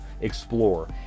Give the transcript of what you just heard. explore